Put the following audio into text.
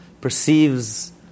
perceives